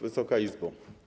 Wysoka Izbo!